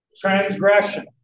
Transgression